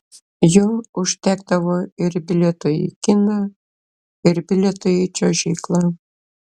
jo užtekdavo ir bilietui į kiną ir bilietui į čiuožyklą